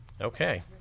Okay